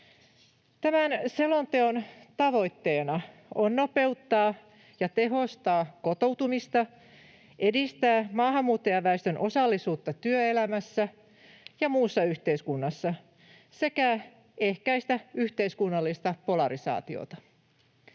Tämän selonteon tavoitteena on nopeuttaa ja tehostaa kotoutumista, edistää maahanmuuttajaväestön osallisuutta työelämässä ja muussa yhteiskunnassa sekä ehkäistä yhteiskunnallista polarisaatiota.